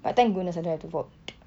but thank goodness I don't have to vote